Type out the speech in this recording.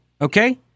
okay